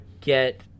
get